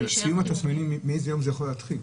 סיום התסמינים, מאיזה יום זה יכול להתחיל?